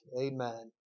Amen